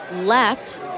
left